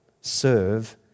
serve